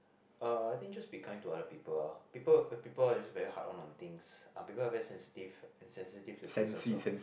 uh I think just be kind to other people ah people people are just very hard one on things ah people are very sensitive and sensitive for things also